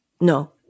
No